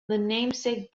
namesake